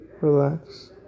Relax